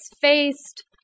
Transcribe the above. faced